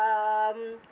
um